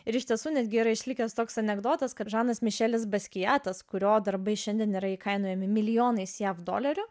ir iš tiesų netgi yra išlikęs toks anekdotas kad žanas mišelis kurio darbai šiandien yra įkainojami milijonais jav dolerių